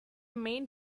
main